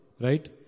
Right